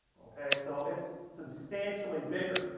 okay? so it's substantially bigger.